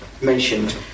mentioned